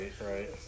Right